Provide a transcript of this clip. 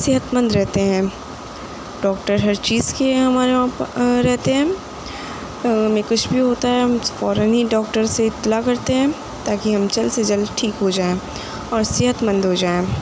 صحت مند رہتے ہیں ڈاکٹر ہر چیز کے ہمارے یہاں پہ رہتے ہیں اور ہمیں کچھ بھی ہوتا ہے ہم فوراً ہی ڈاکٹر سے اطلاع کرتے ہیں تاکہ ہم جلد سے جلد ٹھیک ہو جائیں اور صحت مند ہو جائیں